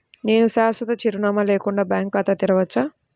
నేను శాశ్వత చిరునామా లేకుండా బ్యాంక్ ఖాతా తెరవచ్చా?